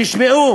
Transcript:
תשמעו